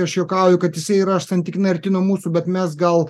aš juokauju kad jisai yra santykinai arti nuo mūsų bet mes gal